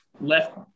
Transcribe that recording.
left